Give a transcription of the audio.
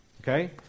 okay